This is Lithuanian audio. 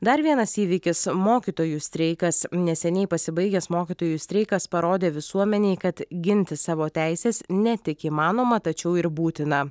dar vienas įvykis mokytojų streikas neseniai pasibaigęs mokytojų streikas parodė visuomenei kad ginti savo teises ne tik įmanoma tačiau ir būtina